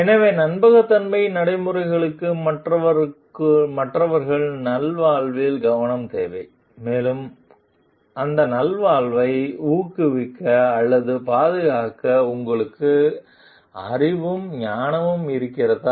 எனவே நம்பகத்தன்மை நடைமுறைகளுக்கு மற்றவர்கள் நல்வாழ்வில் கவனம் தேவை மேலும் அந்த நல்வாழ்வை ஊக்குவிக்க அல்லது பாதுகாக்க உங்களுக்கு அறிவும் ஞானமும் இருக்கிறதா